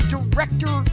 Director